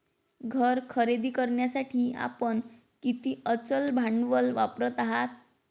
घर खरेदी करण्यासाठी आपण किती अचल भांडवल वापरत आहात?